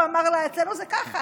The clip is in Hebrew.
הוא אמר לה: אצלנו זה ככה.